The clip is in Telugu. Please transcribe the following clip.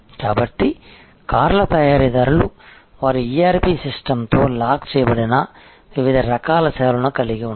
కాబట్టి కార్ల తయారీదారులు వారి ERP సిస్టమ్తో లాక్ చేయబడిన వివిధ రకాల సేవలను కలిగి ఉంటారు